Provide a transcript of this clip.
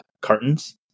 cartons